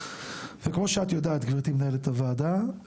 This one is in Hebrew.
כמו שאת יודעת גברתי מנהלת הוועדה,